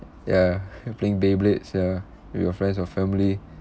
ya playing beyblades ya with your friends or family